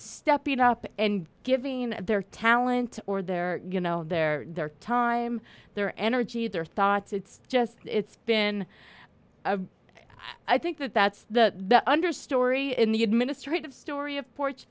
stepping up and giving their talent or their you know their their time their energy their thoughts it's just it's been i think that that's the understory in the administrative story of por